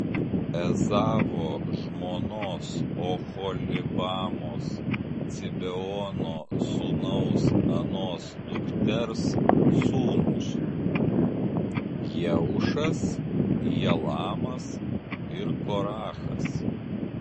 ezavo žmonos oholibamos cibeono sūnaus anos dukters sūnūs jeušas jalamas ir korachas